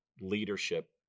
leadership